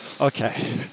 Okay